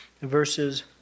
verses